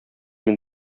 мин